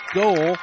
goal